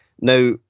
Now